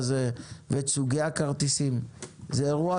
ישתנה?